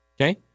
Okay